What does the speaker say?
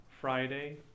Friday